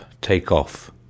take-off